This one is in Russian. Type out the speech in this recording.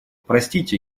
простите